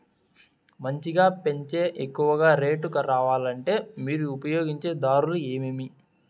మంచిగా పెంచే ఎక్కువగా రేటు రావాలంటే మీరు ఉపయోగించే దారులు ఎమిమీ?